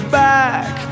back